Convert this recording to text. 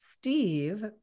Steve